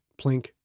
plink